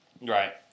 Right